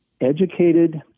educated